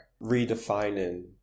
redefining